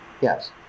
Yes